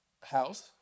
house